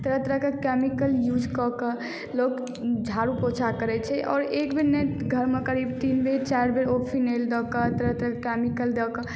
तरह तरहक chemical use कऽ कऽ लोग झाड़ू पोंछा करै छै आओर एक बेर नहि घरमे करीब तीन बेर चारि बेर ओ फिनायल दऽ कऽ तरह तरहक केमिकल दऽ कऽ